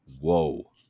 whoa